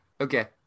okay